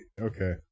Okay